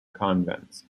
convents